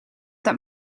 that